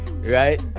Right